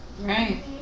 Right